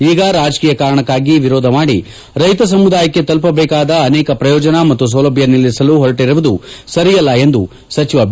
ಈಗ ರಾಜಕೀಯ ಕಾರಣಕ್ಕಾಗಿ ವಿರೋಧ ಮಾದಿ ರೈತ ಸಮುದಾಯಕ್ಕೆ ತಲುಪಬೇಕಾದ ಅನೇಕ ಪ್ರಯೋಜನ ಮತ್ತು ಸೌಲಭ್ಯ ನಿಲ್ಲಿಸಲು ಹೊರಟಿರುವುದು ಸರಿಯಲ್ಲ ಎಂದು ಸಚಿವ ಬಿ